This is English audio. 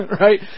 right